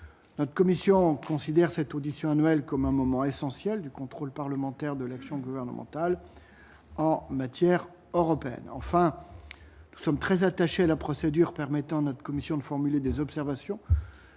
notre commission considère cette audition annuelle comme un moment essentiel du contrôle parlementaire de l'action gouvernementale en matière européenne, enfin, nous sommes très attachés à la procédure permettant à notre commission de formuler des observations